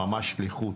ממש שליחות.